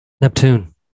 Neptune